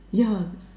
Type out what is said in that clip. yeah